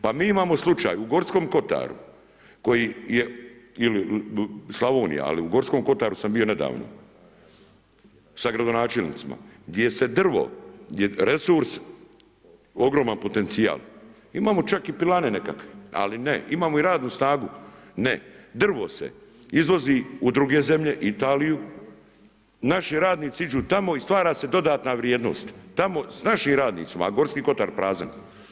Pa mi imamo slučaj u Gorskome kotaru koji je ili Slavonija, ali u Gorskome kotaru sam bio nedavno, sa gradonačelnicima, gdje je drvo, resurs ogroman potencijal, imamo čak i pilane nekakve ali ne, imamo i radnu snagu, ne, drvo se izvozi u druge zemlje, Italiju, naši radnici idu tamo i stvara se dodatna vrijednost tamo s našim radnicima a Gorski kotar prazan.